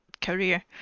career